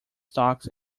stocks